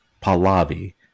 Pahlavi